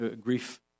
grief